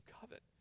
covet